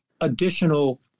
additional